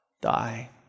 die